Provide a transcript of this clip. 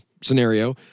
scenario